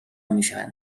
میشوند